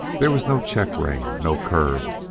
there was no check-rein, no curb,